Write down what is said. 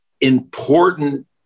important